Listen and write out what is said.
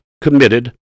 committed